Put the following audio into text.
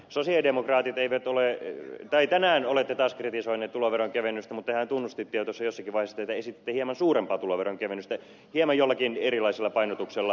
sosialidemokraatit ovat taas tänään kritisoineet tuloveronkevennystä mutta tehän esititte jo jossakin vaiheessa hieman suurempaa tuloveronkevennystä jollakin hieman erilaisella painotuksella